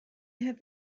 have